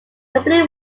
company